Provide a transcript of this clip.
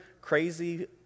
crazy